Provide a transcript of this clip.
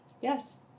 Yes